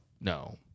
No